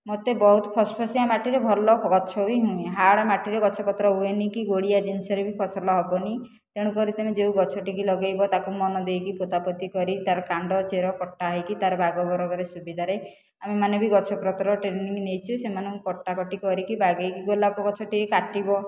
ମୋତେ ବହୁତ ଫସଫସିଆ ମାଟିରେ ଭଲ ଗଛ ହି ହାର୍ଡ଼ ମାଟିରେ ଗଛ ପତ୍ର ହୁଏନି କି ଗୋଳିଆ ଜିନିଷରେ ବି ଫସଲ ହେବନି ତେଣୁକରି ତୁମେ ଯେଉଁ ଗଛଟିକୁ ଲଗେଇବ ତାକୁ ମନ ଦେଇକି ପୋତା ପୋତି କରି ତାର କାଣ୍ଡ ଚେର କଟା ହୋଇକି ତାର ବାଗ ବରଗରେ ସୁବିଧାରେ ଆମେ ମାନେ ବି ଗଛ ପତ୍ର ଟ୍ରେନିଂ ନେଇଛୁ ସେମାନଙ୍କୁ କଟାକାଟି କରି ବାଗେଇକି ଗୋଲାପ ଗଛ ଟିକିଏ କାଟିବ